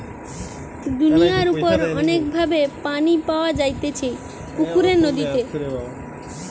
দুনিয়ার উপর অনেক ভাবে পানি পাওয়া যাইতেছে পুকুরে, নদীতে